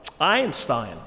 Einstein